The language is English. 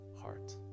heart